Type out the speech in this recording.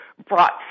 Brought